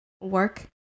work